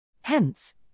Hence